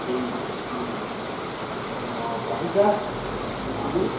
এই পাখি চাষ এ খুবই